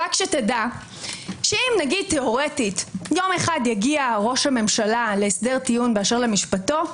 רק שתדע שאם תיאורטית יום אחד יגיע ראש הממשלה להסדר טיעון באשר למשפטו,